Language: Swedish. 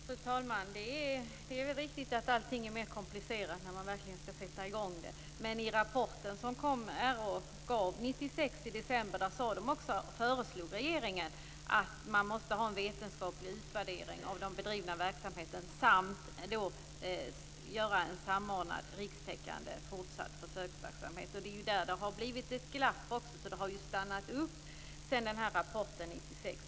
Fru talman! Det är riktigt att allt är mer komplicerat när man väl skall sätta i gång med det. Men i den rapport som RÅ gav ut i december 1996 föreslog man regeringen att det skulle finnas en vetenskaplig utvärdering av den bedrivna verksamheten samt att det fortsättningsvis skulle genomföras en samordnad, rikstäckande försöksverksamhet. Det är där det har blivit ett glapp och stannat upp sedan rapporten kom 1996.